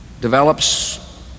develops